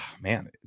man